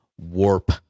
warp